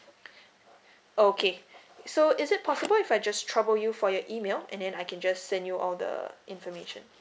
okay so is it possible if I just trouble you for your email and then I can just send you all the information